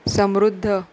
समृद्ध